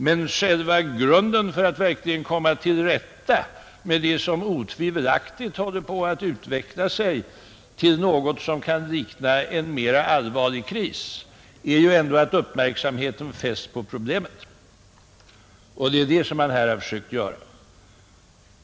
Men för att man verkligen skall kunna komma till rätta med det som otvivelaktigt håller på att utveckla sig till något som kan likna en mer allvarlig kris måste uppmärksamheten fästas på problemet. Det är det som man här har försökt göra.